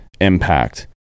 impact